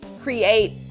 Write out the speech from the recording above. create